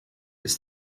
ist